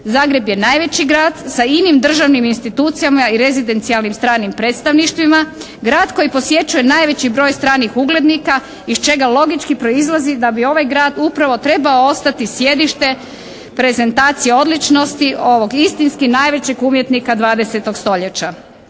Zagreb je najveći grad sa inim državnim institucijama i rezidencijalnim stranim predstavništvima, grad koji posjećuje najveći broj stranih uglednika iz čega logički proizlazi da bi ovaj grad upravo trebao ostati sjedište prezentacije odličnosti ovog istinski najvećeg umjetnika 20. stoljeća.